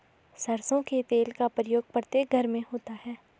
सरसों के तेल का प्रयोग प्रत्येक घर में होता है